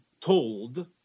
told